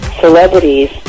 celebrities